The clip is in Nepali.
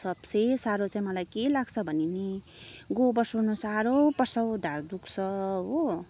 सबसे साह्रो चाहिँ मलाई के लाग्छ भने नि गोबर सोर्नु साह्रो पर्छ हौ ढाँड दुख्छ हो